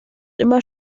immer